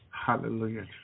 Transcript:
Hallelujah